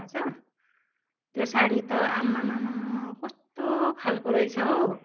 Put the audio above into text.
थाहा छ त्यो साडी त आम्मामामामा कस्तो खालको रहेछ हो